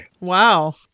Wow